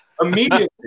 Immediately